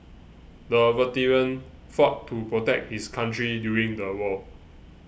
the veteran fought to protect his country during the war